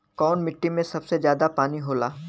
कौन मिट्टी मे सबसे ज्यादा पानी होला?